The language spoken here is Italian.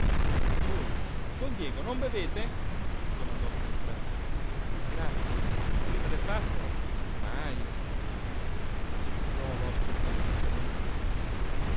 voi don diego non bevete domandò titta grazie prima del pasto mai si scusò l'ospite timidamente